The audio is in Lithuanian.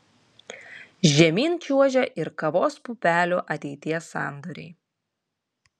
žemyn čiuožia ir kavos pupelių ateities sandoriai